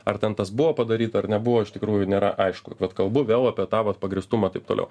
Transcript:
ar ten tas buvo padaryta ar nebuvo iš tikrųjų nėra aišku vat kalbu vėl apie tą vat pagrįstumą taip toliau